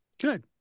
Good